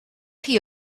chi